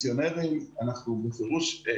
שאומרים שהקטסטרופה היא לא